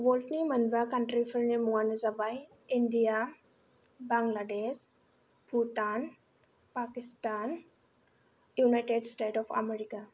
वर्ल्डनि मोनबा काउन्ट्रिफोरनि मुङानो जाबाय India Bangladesh Bhutan Pakistan United States of America